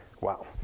Wow